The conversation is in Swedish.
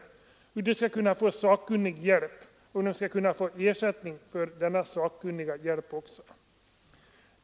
Det gäller hur de skall kunna få sakkunnig hjälp och ersättning för denna sakkunniga hjälp.